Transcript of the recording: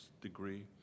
degree